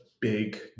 big